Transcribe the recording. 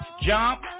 jump